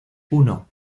uno